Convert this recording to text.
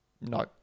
no